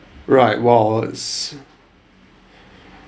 right !wow! it's